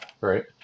right